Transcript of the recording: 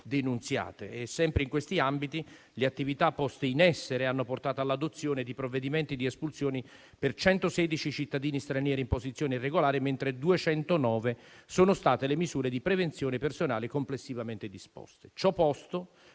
denunziate. Sempre in questi ambiti, le attività poste in essere hanno portato all'adozione di provvedimenti di espulsione per 116 cittadini stranieri in posizione irregolare, mentre 209 sono state le misure di prevenzione personale complessivamente disposte. Ciò posto,